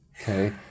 okay